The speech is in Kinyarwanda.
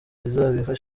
kurwanira